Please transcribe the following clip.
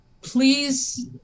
please